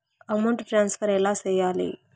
amount transfer ఎలా సేయాలి